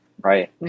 right